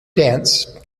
dance